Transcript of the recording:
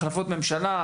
החלפות ממשלה,